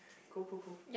cool cool cool